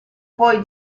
poi